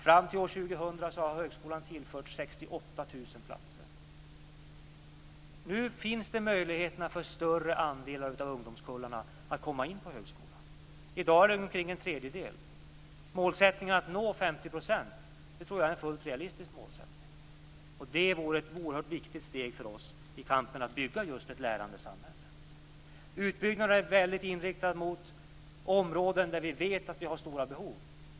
Fram till år 2000 har högskolan tillförts 68 000 platser. Nu finns det möjlighet för större andelar av ungdomskullarna att komma in på högskolan. I dag är det omkring en tredjedel. Att nå 50 % tror jag är en fullt realistisk målsättning. Det vore ett oerhört viktigt steg för oss i kampen för att bygga ett lärande samhälle. Utbyggnaden är väldigt inriktad mot områden där vi vet att vi har stora behov.